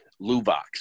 Luvox